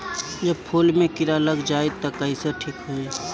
जब फूल मे किरा लग जाई त कइसे ठिक होई?